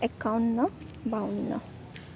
একাৱন্ন বাৱন্ন